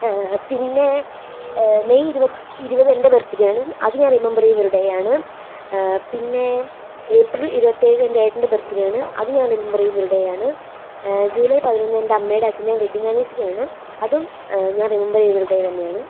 പിന്നെ മെയ് ഇരുപത് എൻ്റെ ബർത്ത്ഡേയാണ് അത് ഞാൻ റിമെംബർ ചെയ്യുന്ന ഒരു ഡേയാണ് പിന്നെ ഏപ്രിൽ ഇരുപത്തി ഏഴ് എൻ്റെ ഏട്ടൻ്റെ ബർത്ത്ഡേയാണ് അത് ഞാൻ റിമെംബർ ചെയ്യുന്ന ഒരു ഡേയാണ് ജൂലൈ പതിനൊന്ന് എൻ്റെ അമ്മയുടേയും അച്ഛന്റേയും വെഡിങ് ആനിവേഴ്സറിയാണ് അതും ഞാൻ റിമെംബർ ചെയ്യുന്ന ഒരു ഡേ തന്നെയാണ്